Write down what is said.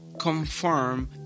confirm